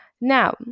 Now